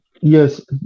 yes